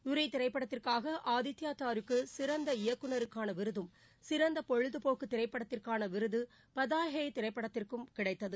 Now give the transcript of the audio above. உரி திரைப்படத்திற்காக ஆதித்யா தாருக்கு சிறந்த இயக்குநருக்கான விருதம் சிறந்த பொழுதுபோக்கு திரைப்படத்திற்கான விருது பதாய்ஹே திரைப்படத்திற்கும் கிடைத்தது